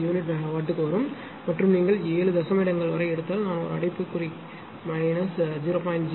00979 pu MW வரும் மற்றும் நீங்கள் 7 தசம இடங்கள் வரை எடுத்தால் நான் ஒரு அடைப்புக்குறி மைனஸ் 0